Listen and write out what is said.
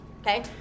Okay